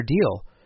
deal